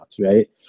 right